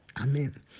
Amen